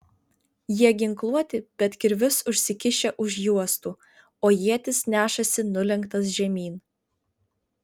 jie ginkluoti bet kirvius užsikišę už juostų o ietis nešasi nulenktas žemyn